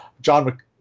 john